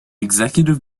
executive